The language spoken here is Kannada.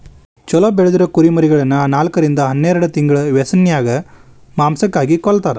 ಚೊಲೋ ಬೆಳದಿರೊ ಕುರಿಮರಿಗಳನ್ನ ನಾಲ್ಕರಿಂದ ಹನ್ನೆರಡ್ ತಿಂಗಳ ವ್ಯಸನ್ಯಾಗ ಮಾಂಸಕ್ಕಾಗಿ ಕೊಲ್ಲತಾರ